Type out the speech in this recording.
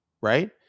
right